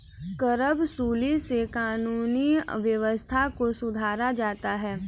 करवसूली से कानूनी व्यवस्था को सुधारा जाता है